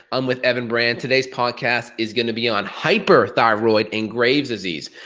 i'm with evan brand. today's podcast is gonna be on hyperthyroid and graves' disease.